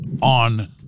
on